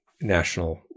national